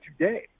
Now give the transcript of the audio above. today